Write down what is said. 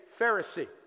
Pharisee